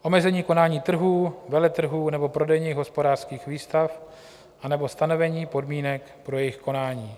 Omezení konání trhů, veletrhů nebo prodejních hospodářských výstav anebo stanovení podmínek pro jejich konání.